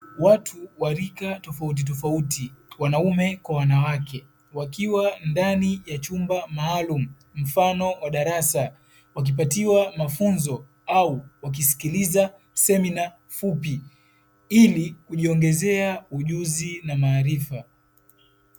Watu wa rika tofautitofauti wanaume kwa wanawake wakiwa ndani ya chumba maalumu mfano wa darasa. Wakipatiwa mafunzo au wakisikiliza semina fupi ili kujiongezea ujuzi na maarifa.